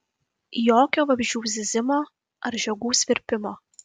jokio vabzdžių zyzimo ar žiogų svirpimo